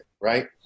right